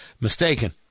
mistaken